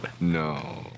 No